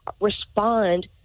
respond